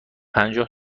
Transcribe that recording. پنجاه